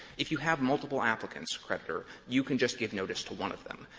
if you have multiple applicants, creditor, you can just give notice to one of them.